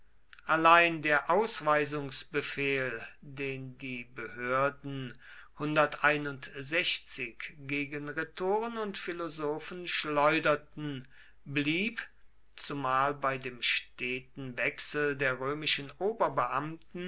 allein der ausweisungsbefehl den die behörden gegen rhetoren und philosophen schleuderten blieb zumal bei dem steten wechsel der römischen